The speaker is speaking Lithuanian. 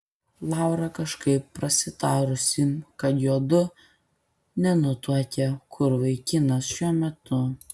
laura kažkaip prasitarusi kad juodu nenutuokią kur vaikinas šiuo metu